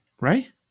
right